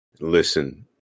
listen